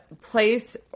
place